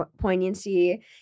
poignancy